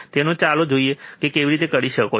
તેથી ચાલો જોઈએ કે તમે તેને કેવી રીતે કરી શકો છો